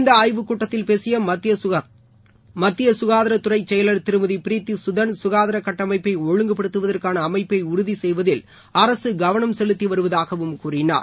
இந்த ஆய்வுக்கூட்டத்தில் பேசிய மத்திய ககாதாரத்துறை செயலர் திருமதி ப்ரீத்தி குதன் க்காதார கட்டமைப்பை ஒழுங்குபடுத்துவதற்கான அமைப்பை உறுதி செய்வதில் அரசு கவனம் செலுத்தி வருவதாகவும் கூறினார்